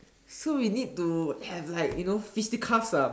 so we need to have like you know physical stuff